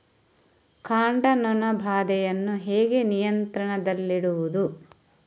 ಕಾಂಡ ನೊಣ ಬಾಧೆಯನ್ನು ಹೇಗೆ ನಿಯಂತ್ರಣದಲ್ಲಿಡುವುದು?